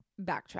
Backtrack